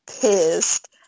pissed